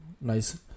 Nice